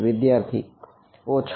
વિદ્યાર્થી ઓછા